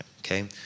okay